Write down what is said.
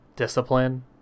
Discipline